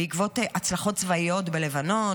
הצלחות צבאיות בלבנון,